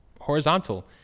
horizontal